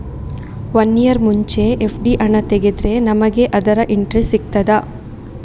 One year ಮುಂಚೆ FD ಹಣ ತೆಗೆದ್ರೆ ನಮಗೆ ಅದರ ಇಂಟ್ರೆಸ್ಟ್ ಸಿಗ್ತದ?